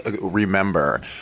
remember